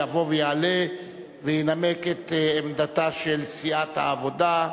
יבוא ויעלה וינמק את עמדתה של סיעת העבודה.